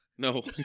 No